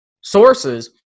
sources